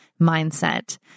mindset